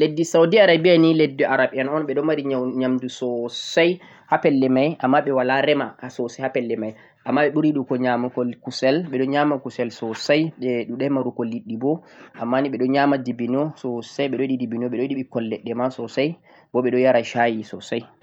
leddi Saudi Arabia ni leddi Arab en un ɓe ɗon mari nyamdu sosai ha pelle mai amma ni ɓe wala rema ha pelle mai ammani ɓe ɓuri nyamugo kusel, ɓeɗo nyama kusel sosai, ɓe ɗuɗai marugo liɗɗi bo ammani ɓe ɗon nyama dibino sosai, ɓe ɗon yiɗi dibino, ɓe ɗon yiɗi ɓikkon leɗɗe ma sosai bo ɓe yara shayi sosai.